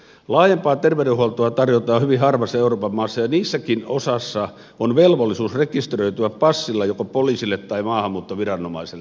laajempaa terveydenhuoltoa tarjotaan hyvin harvassa euroopan maassa ja niistäkin osassa on velvollisuus rekisteröityä passilla joko poliisille tai maahanmuuttoviranomaiselle